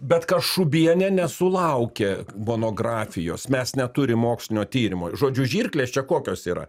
bet kašubienė nesulaukė monografijos mes neturim mokslinio tyrimo žodžiu žirklės čia kokios yra